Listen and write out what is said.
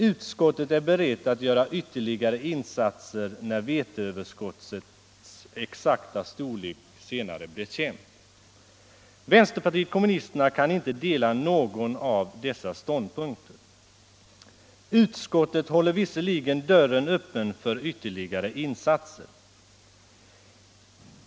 Utskottet är berett att göra ytterligare insatser när veteöverskottets exakta storlek senare blir känt. Vpk kan inte dela någon av dessa ståndpunkter. Utskottet håller visserligen dörren öppen för ytterligare insatser.